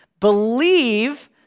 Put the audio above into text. believe